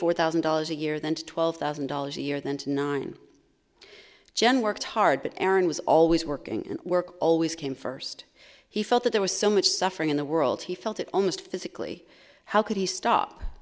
four thousand dollars a year then to twelve thousand dollars a year then to nine jen worked hard but aaron was always working and work always came first he felt that there was so much suffering in the world he felt it almost physically how could he stop